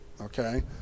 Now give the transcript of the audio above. okay